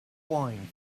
wine